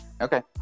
Okay